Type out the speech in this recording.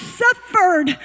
suffered